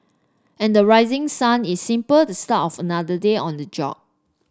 and the rising sun is simple the start of another day on the job